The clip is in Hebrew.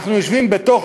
אנחנו יושבים בתוך